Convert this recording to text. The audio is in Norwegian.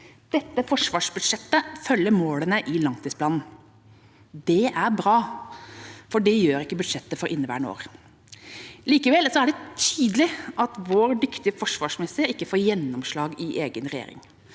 Dette forsvarsbudsjettet følger målene i langtidsplanen. Det er bra, for det gjør ikke budsjettet for inneværende år. Likevel er det tydelig at vår dyktige forsvarsminister ikke får gjennomslag i egen regjering.